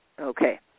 Okay